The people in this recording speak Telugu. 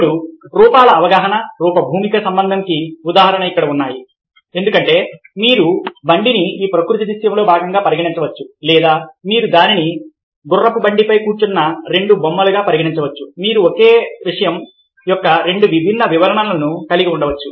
ఇప్పుడు రూపాల అవగాహన రూప భూమిక సంబంధంకి ఉదాహరణ ఇక్కడ ఉన్నాయి ఎందుకంటే మీరు బండిని ఈ ప్రకృతి దృశ్యంలో భాగంగా పరిగణించవచ్చు లేదా మీరు దానిని గుర్రపు బండిపై కూర్చున్న రెండు బొమ్మలుగా పరిగణించవచ్చు మీరు ఒకే విషయం యొక్క రెండు విభిన్న వివరణలు కలిగి ఉండవచ్చు